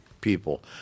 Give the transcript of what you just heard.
people